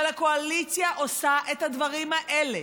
אבל הקואליציה עושה את הדברים האלה,